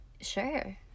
Sure